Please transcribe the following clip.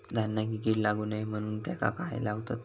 धान्यांका कीड लागू नये म्हणून त्याका काय लावतत?